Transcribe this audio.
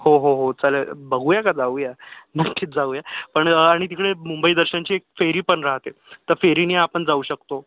हो हो हो चालेल बघूया का जाऊया नक्कीच जाऊया पण आणि तिकडे मुंबई दर्शनची एक फेरी पण राहते त्या फेरीने आपण जाऊ शकतो